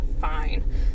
fine